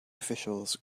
officials